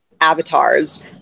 avatars